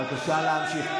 בבקשה להמשיך.